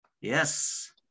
yes